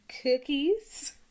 Cookies